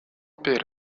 père